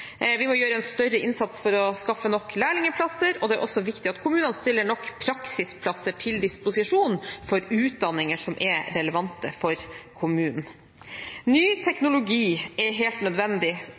Vi må gjøre en større innsats for å skaffe nok lærlingplasser, og det er også viktig at kommunene stiller nok praksisplasser til disposisjon for utdanninger som er relevante for kommunen. Ny